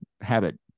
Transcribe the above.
habit